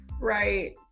Right